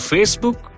Facebook